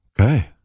okay